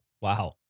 Wow